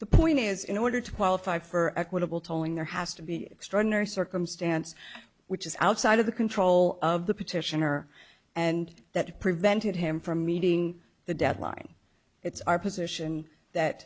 the point is in order to qualify for equitable tolling there has to be extraordinary circumstance which is outside of the control of the petitioner and that prevented him from meeting the deadline it's our position that